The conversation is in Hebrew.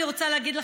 לשרה להשיב.